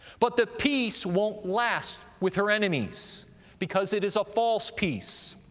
but the peace won't last with her enemies because it is a false peace.